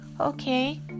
Okay